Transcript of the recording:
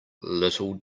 little